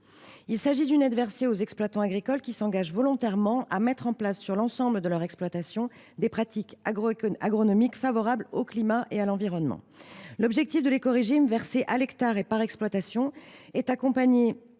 Il s’agit d’une aide versée aux exploitants agricoles qui s’engagent volontairement à mettre en place, sur l’ensemble de leur exploitation, des pratiques agronomiques favorables au climat et à l’environnement. L’objectif de l’écorégime, versé à l’hectare et par exploitation, est d’accompagner